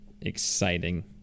Exciting